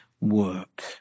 work